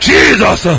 Jesus